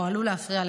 או עשוי להפריע,